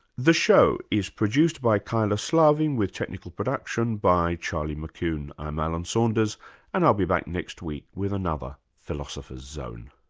the show is produced by kyla slaven with technical production by charlie mccune. i'm alan saunders and i'll be back next week with another philosopher's zone